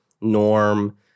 Norm